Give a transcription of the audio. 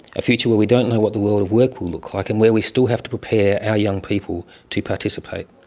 a future where we don't know what the world of work will look like, and where we still have to prepare our young people to participate.